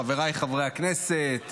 חבריי חברי הכנסת,